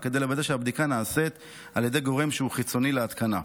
וכדי לוודא שהבדיקה נעשית על ידי גורם שהוא חיצוני להתקנה.